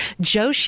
Joe